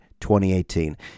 2018